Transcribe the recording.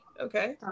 Okay